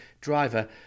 driver